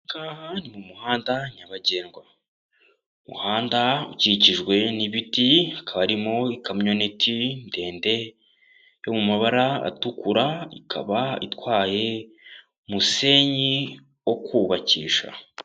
Aha ni mu muhanda nyabagendwa umuhanda ukikijwe n'ibiti hakabarimo ikamyoniti ndende yo mu mabara atukura ikaba itwaye musenyi wo kubakisha.